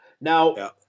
Now